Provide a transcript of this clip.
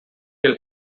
kill